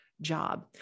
job